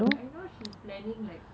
I know she's planning like